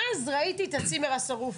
ואז ראיתי צימר שרוף.